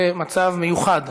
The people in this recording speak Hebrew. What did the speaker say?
זה מצב מיוחד,